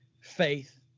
faith